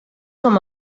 com